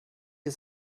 ihr